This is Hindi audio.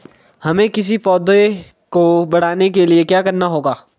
हमें किसी पौधे को बढ़ाने के लिये क्या करना होगा?